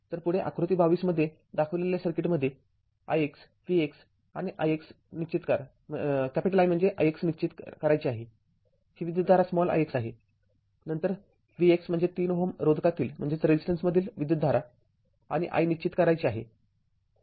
तर पुढे आकृती २२ मध्ये दाखविलेल्या सर्किटमध्ये ix Vx आणि I म्हणजे ix निश्चित करायचे आहे ही विद्युतधारा ix आहे नंतर Vx म्हणजे ३Ω रोधातील विद्युतधारा आणि i निश्चित करायची आहे